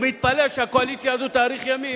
הוא מתפלל שהקואליציה הזאת תאריך ימים,